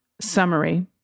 summary